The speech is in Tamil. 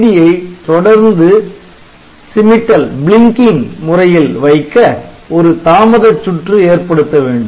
LED ஐ தொடர்ந்து சிமிட்டல் முறையில் வைக்க ஒரு தாமதச் சுற்று ஏற்படுத்த வேண்டும்